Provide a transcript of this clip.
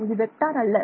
இது வெக்டர் அல்ல